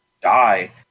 die